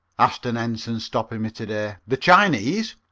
asked an ensign, stopping me to-day, the chinese?